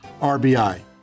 RBI